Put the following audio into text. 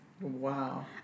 Wow